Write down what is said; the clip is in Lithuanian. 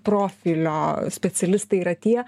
profilio specialistai yra tie